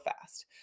fast